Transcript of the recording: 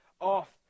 off